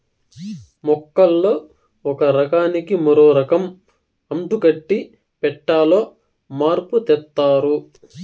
మొక్కల్లో ఒక రకానికి మరో రకం అంటుకట్టి పెట్టాలో మార్పు తెత్తారు